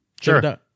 Sure